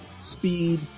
speed